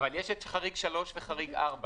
אבל יש את חריג 3 וחריג 4,